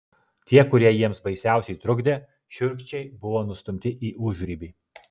tie kurie jiems baisiausiai trukdė šiurkščiai buvo nustumti į užribį